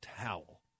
towel